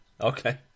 Okay